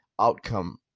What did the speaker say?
outcome